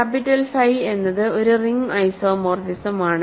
capital phi എന്നത് ഒരു ring ഐസോമോർഫിസമാണ്